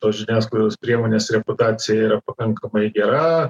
tos žiniasklaidos priemonės reputacija yra pakankamai gera